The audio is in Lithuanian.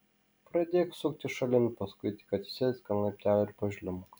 pradėk suktis šalin paskui tik atsisėsk ant laiptelio ir pažliumbk